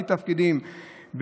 בלי תפקידים,